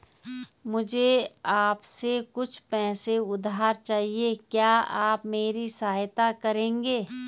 मुझे आपसे कुछ पैसे उधार चहिए, क्या आप मेरी सहायता करेंगे?